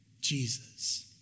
Jesus